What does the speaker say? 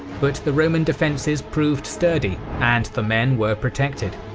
but the roman defences proved sturdy and the men were protected.